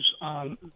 on